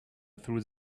through